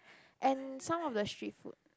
and some of the street food